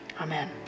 Amen